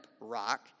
Rock